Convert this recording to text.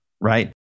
right